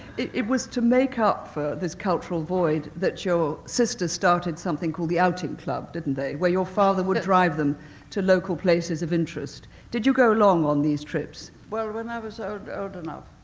it was to make up for this cultural void that your sisters started something called the outing club, didn't they, where your father would drive them to local places of interest. did you go along on these trips? well, when i was old old enough,